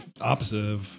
opposite